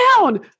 down